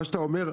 מה שאתה אומר,